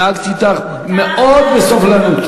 נהגתי אתך מאוד בסובלנות.